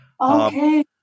Okay